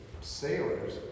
sailors